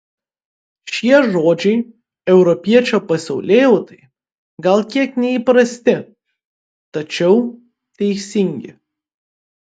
šie žodžiai europiečio pasaulėjautai gal kiek neįprasti tačiau teisingi